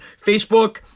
Facebook